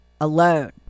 Alone